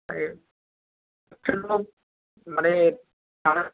ओमफ्राय मानि